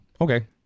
Okay